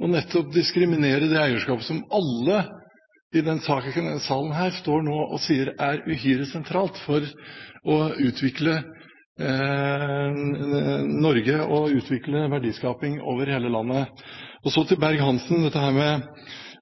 eierskapet som alle i denne salen nå står her og sier er uhyre sentralt for å utvikle Norge og utvikle verdiskaping over hele landet. Så til Berg-Hansen.